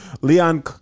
Leon